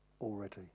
already